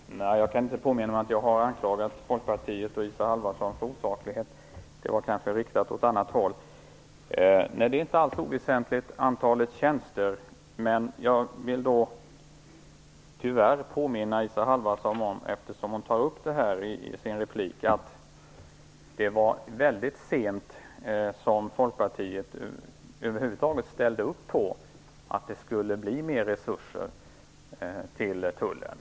Herr talman! Jag kan inte påminna mig att jag har anklagat Folkpartiet och Isa Halvarsson för osaklighet. Det var kanske riktat åt annat håll. Antalet tjänster är inte oväsentligt. Eftersom Isa Halvarsson tar upp det i sin replik vill jag påminna henne om att det var mycket sent som Folkpartiet över huvud taget ställde upp för mer resurser till Tullen.